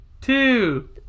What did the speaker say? two